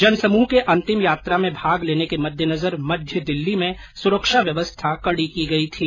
जनसमूह के अंतिम यात्रा में भाग लेने के मद्देनजर मध्य दिल्ली में सुरक्षा व्यवस्था कड़ी की गई थी